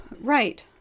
Right